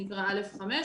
שנקרא א/5,